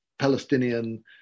Palestinian